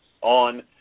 on